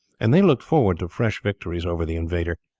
and they looked forward to fresh victories over the invader.